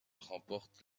remporte